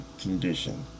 condition